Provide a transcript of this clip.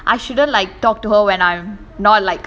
I shouldn't like talk to her when I'm not like